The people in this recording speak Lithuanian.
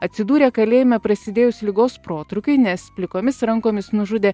atsidūrė kalėjime prasidėjus ligos protrūkiui nes plikomis rankomis nužudė